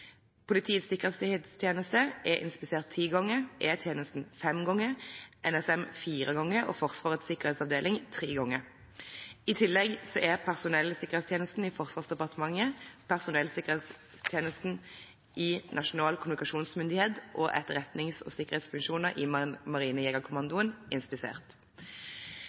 Politiets sikkerhetstjeneste er inspisert ti ganger, E-tjenesten fem ganger, NSM fire ganger og Forsvarets sikkerhetsavdeling tre ganger. I tillegg er personellsikkerhetstjenesten i Forsvarsdepartementet, personellsikkerhetstjenesten i Nasjonal kommunikasjonsmyndighet og etterretnings- og sikkerhetsfunksjoner i Marinejegerkommandoen inspisert.